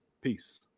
Peace